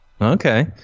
Okay